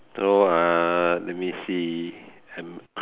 so uh let me see I'm